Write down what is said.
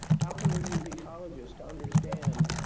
how can we use ecologists to understand